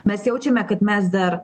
mes jaučiame kad mes dar